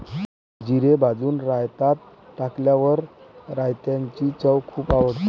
जिरे भाजून रायतात टाकल्यावर रायताची चव खूप वाढते